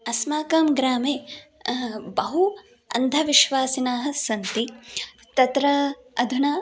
अस्माकं ग्रामे बहु अन्धविश्वासिनः सन्ति तत्र अधुना